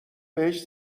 بهش